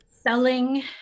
Selling